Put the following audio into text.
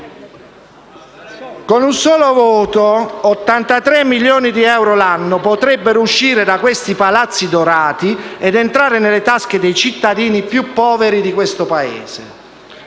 Con un solo voto, 83 milioni di euro l'anno potrebbero uscire da questi palazzi dorati ed entrare nelle tasche dei cittadini più poveri di questo Paese.